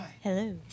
hello